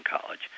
college